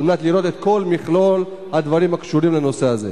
על מנת לראות את כל מכלול הדברים הקשורים לנושא הזה.